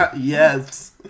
Yes